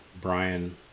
brian